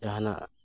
ᱡᱟᱦᱟᱱᱟᱜ